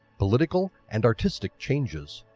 political and artistic changes.